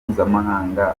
mpuzamahanga